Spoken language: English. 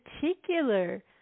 particular